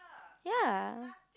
ya